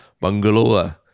bungalow